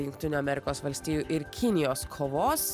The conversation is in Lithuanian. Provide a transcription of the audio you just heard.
jungtinių amerikos valstijų ir kinijos kovos